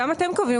גם אתם קובעים.